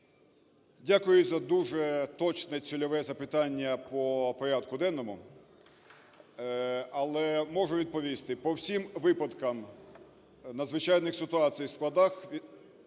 Дякую за дуже точне цільове запитання по порядку денному, але можу відповісти. По всім випадкам надзвичайних ситуацій на складах порушені